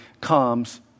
comes